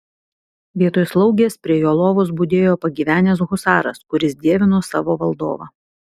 vietoj slaugės prie jo lovos budėjo pagyvenęs husaras kuris dievino savo valdovą